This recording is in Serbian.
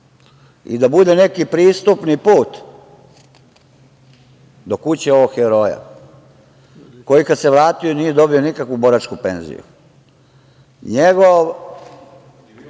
i da bude neki pristupni put do kuće ovog heroja, koji kada se vratio nije dobio nikakvu boračku penziju.(Aleksandar